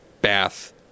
bath